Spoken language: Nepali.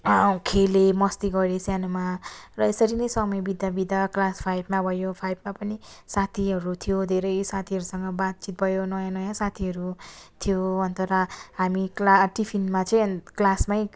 खेल्यौँ मस्ती गर्यौँ सानोमा र यसरी नै समय बित्दा बित्दा क्लास फाइभमा भयो फाइभमा पनि साथीहरू थियो धेरै साथीहरूसँग बातचित भयो नयाँ नयाँ साथीहरू थियो अन्त रा हामी क्ला टिफिनमा चाहिँ क्लासमै